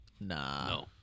Nah